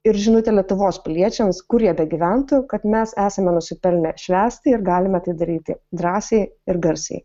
ir žinutę lietuvos piliečiams kurie jie begyventų kad mes esame nusipelnę švęsti ir galime tai daryti drąsiai ir garsiai